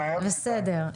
כשאין גל --- טוב, בסדר.